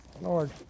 Lord